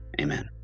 amen